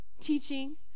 teaching